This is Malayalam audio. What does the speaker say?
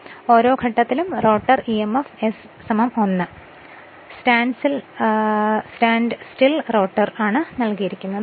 അതിനാൽ ഓരോ ഘട്ടത്തിലും റോട്ടർ emf s 1 ആണ് സ്റ്റാൻഡ്സ്റ്റിൽ റോട്ടർ നൽകിയിരിക്കുന്നത്